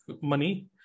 money